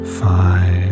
five